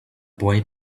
boy